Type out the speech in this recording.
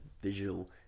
visual